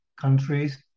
countries